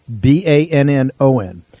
B-A-N-N-O-N